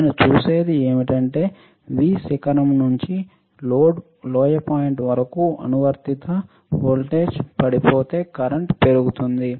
నేను చూసేది ఏమిటంటే V శిఖరం నుండి లోయ పాయింట్ వరకు అనువర్తిత వోల్టేజ్ పడిపోతే కరెంట్ పెరుగుతుంది